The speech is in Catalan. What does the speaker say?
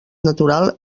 natural